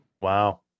wow